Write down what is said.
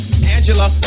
Angela